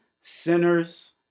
sinners